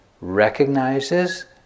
recognizes